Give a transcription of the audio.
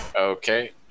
Okay